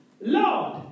Lord